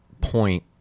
point